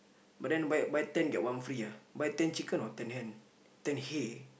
but then buy a buy ten get one free ah buy ten chicken or ten hen ten hay